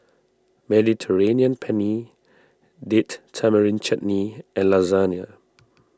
Mediterranean Penne Date Tamarind Chutney and Lasagne